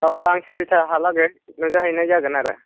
औ आं सारिथाहालागै नुजाहैनाय जागोन आरो